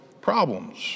problems